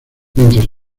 mientras